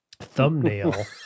Thumbnail